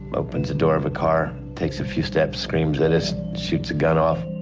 opens the door of a car, takes a few steps, screams at us, shoots a gun off.